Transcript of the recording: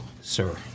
sir